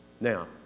Now